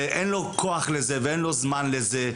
ואין לו כוח לזה ואין לו זמן לזה.